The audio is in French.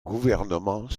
gouvernement